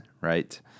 right